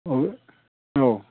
अ औ